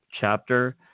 chapter